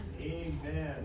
Amen